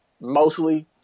mostly